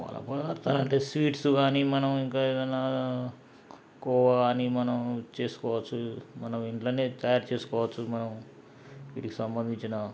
పాల పదార్థాలు అంటే స్వీట్స్ కాని మనం ఇంకా ఏదన్నా కోవా కాని మనం చేసుకోవచ్చు మనం ఇంట్లోనే తయారు చేసుకోవచ్చు మనం వీటికి సంబంధించిన